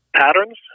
patterns